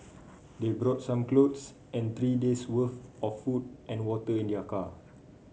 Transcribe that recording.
they brought some clothes and three days' worth of food and water in their car